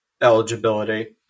eligibility